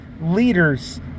leaders